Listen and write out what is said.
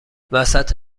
وسط